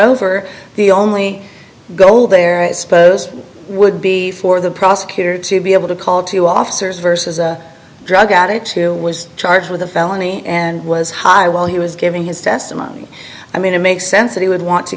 over the only goal there i suppose would be for the prosecutor to be able to call two officers versus a drug addict who was charged with a felony and was high while he was giving his testimony i mean it makes sense that he would want to